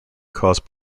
caused